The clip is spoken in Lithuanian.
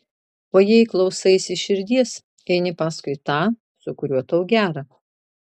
o jei klausaisi širdies eini paskui tą su kuriuo tau gera